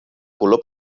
color